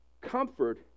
Comfort